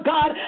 God